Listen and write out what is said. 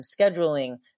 scheduling